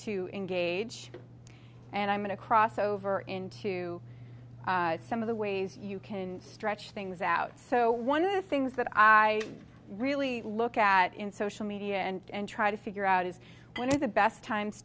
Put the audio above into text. to engage and i'm going to cross over into some of the ways you can stretch things out so one of the things that i really look at in social media and try to figure out is when is the best times